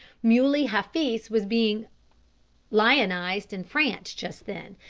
muley hafiz was being lionised in france just then,